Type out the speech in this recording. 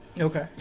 Okay